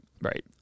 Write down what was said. right